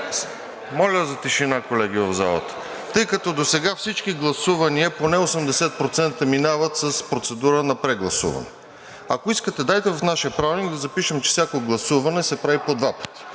моля за тишина в залата. Тъй като досега всички гласувания – поне 80%, минават с процедура на прегласуване, ако искате, дайте в нашия правилник да запишем, че всяко гласуване се прави по два пъти